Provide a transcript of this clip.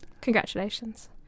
congratulations